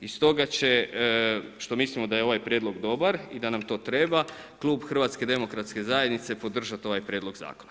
I stoga će, što mislimo da je ovaj prijedlog dobar i da nam to treba Klub HDZ-a, podržati ovaj prijedlog zakona.